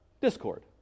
discord